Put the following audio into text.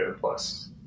plus